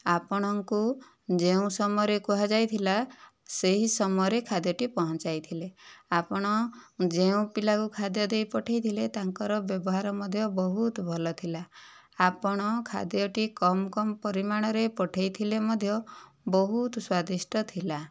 ଆପଣଙ୍କୁ ଯେଉଁ ସମୟରେ କୁହାଯାଇଥିଲା ସେହି ସମୟରେ ଖାଦ୍ୟଟି ପହଞ୍ଚାଇଥିଲେ ଆପଣ ଯେଉଁ ପିଲାକୁ ଖାଦ୍ୟ ଦେଇ ପଠାଇଥିଲେ ତାଙ୍କର ବ୍ୟବହାର ମଧ୍ୟ ବହୁତ ଭଲ ଥିଲା ଆପଣ ଖାଦ୍ୟଟି କମ୍ କମ୍ ପରିମାଣରେ ପଠାଇଥିଲେ ମଧ୍ୟ ବହୁତ ସ୍ଵାଦିଷ୍ଟ ଥିଲା